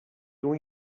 dont